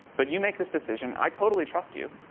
but you make this decision. i totally trust you,